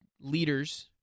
leaders